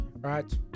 right